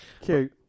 Cute